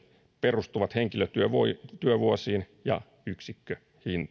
perustuvat henkilötyövuosiin ja yksikköhintaan